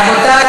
רבותי,